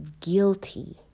guilty